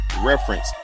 reference